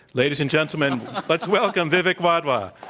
ladies and gentlemen let's welcome vivek wadhwa.